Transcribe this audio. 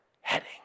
heading